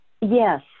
Yes